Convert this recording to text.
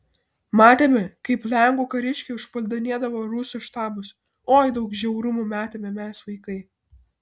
matėme kaip lenkų kariškiai užpuldinėdavo rusų štabus oi daug žiaurumų matėme mes vaikai